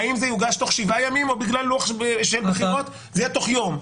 האם זה יוגש תוך 7 ימים או בגלל לוח של בחירות זה יהיה תוך יום,